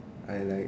I like